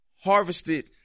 harvested